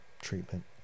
treatment